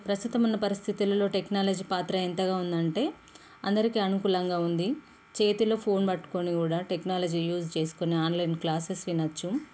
ప్రస్తుతం ఉన్న పరిస్థితులలో టెక్నాలజీ పాత్ర ఎంతగా ఉందంటే అందరికీ అనుకూలంగా ఉంది చేతిలో ఫోన్ పట్టుకోని కూడా టెక్నాలజీ యూస్ చేసుకొని ఆన్లైన్ క్లాసెస్ వినచ్చు